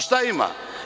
Šta ima?